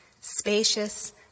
Spacious